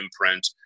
imprint